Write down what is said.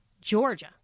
Georgia